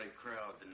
crowd